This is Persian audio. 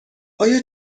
آیا